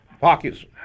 pockets